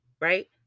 Right